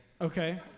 Okay